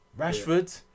Rashford